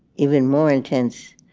even more intense.